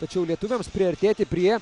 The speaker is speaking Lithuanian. tačiau lietuviams priartėti prie